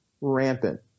rampant